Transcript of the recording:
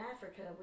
Africa